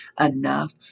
enough